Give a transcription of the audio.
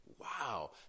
Wow